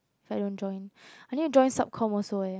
I don't join I think join sub course also eh